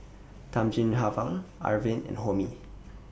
Thamizhavel Arvind and Homi